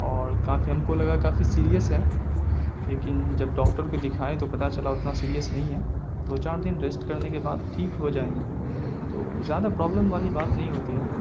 اور کافی ہم کو لگا کافی سیریس ہے لیکن جب ڈاکٹر کو دکھائے تو پتہ چلا اتنا سیریس نہیں ہے دو چار دن ریسٹ کرنے کے بعد ٹھیک ہو جائیں گے تو زیادہ پرابلم والی بات نہیں ہوتی ہے